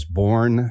born